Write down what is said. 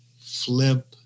flip